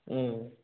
ꯎꯝ